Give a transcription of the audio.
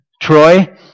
Troy